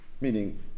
Meaning